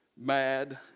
mad